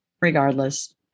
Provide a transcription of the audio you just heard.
regardless